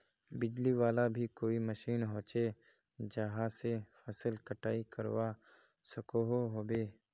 बिजली वाला भी कोई मशीन होचे जहा से फसल कटाई करवा सकोहो होबे?